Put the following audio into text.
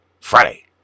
Friday